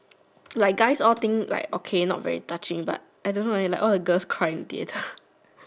like guys all think like okay not very touching but I don't know like all the girls cry in theatre